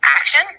action